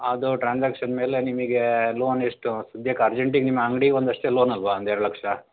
ಅದು ಟ್ರಾನ್ಸ್ಯಾಕ್ಷನ್ ಮೇಲೆ ನಿಮಗೆ ಲೋನ್ ಎಷ್ಟು ಸದ್ಯಕ್ಕೆ ಅರ್ಜೆಂಟಿಗೆ ನಿಮ್ಮ ಅಂಗಡಿಗೆ ಒಂದಷ್ಟೆ ಲೋನ್ ಅಲ್ವ ಒಂದು ಎರ್ಡು ಲಕ್ಷ